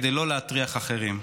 כדי לא להטריח אחרים.